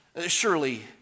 Surely